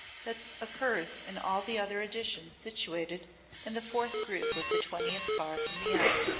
that occurs in all the other editions situated in the fourth group of the twentieth bar from the end.